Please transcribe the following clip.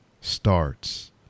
starts